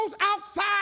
outside